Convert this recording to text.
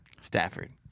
Stafford